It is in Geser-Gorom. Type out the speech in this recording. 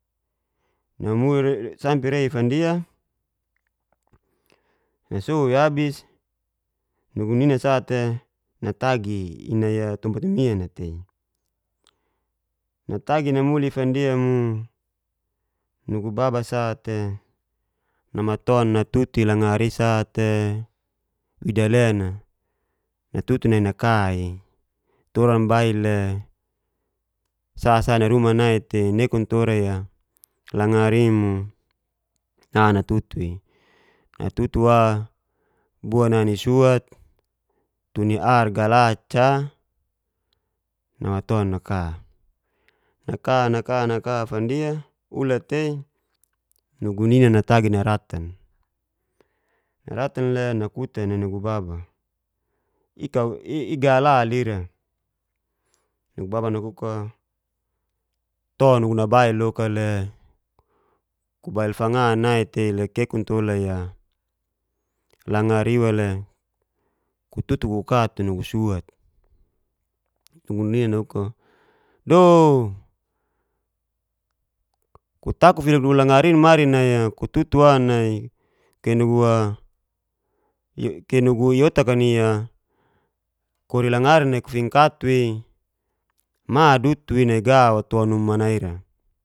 sampi rei fandia nasou'i abis nugu nina sa'ta natagi'i, inai tompat mimian'a tei natagi namuli fandia mo nugu baba sa'ta namaton natutu'i langari isa'te wida lena, natutu nai naka'i tora mbail le sa sa nai ruma nai tei nekun tora'i langari i'mo na natutu'i natutu wa bua na nisuat tu ni ar gala'ca namaton naka naka naka naka fandia ulat tei nugu nina natagi naratan le nakutan nai nugu baba i'ga la lira, nugu baba nakuk'o to nugu nabail loka le bubail fang'a naitei le kekun tola'ia langari iwa le kututu ku ka tura nugu suat, nugu nina nakuk'o doo kuta kufilik nulangari'i mari nai'a kututu wa nai kei nugu'a i'otaka ni'a kori langari nai ku fingkatu'i ma dutu'i nai ga wa to num mana ira.